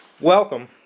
welcome